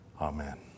Amen